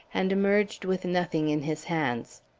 and emerged with nothing in his hands.